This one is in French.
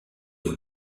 aux